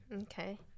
Okay